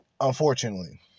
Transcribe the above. Unfortunately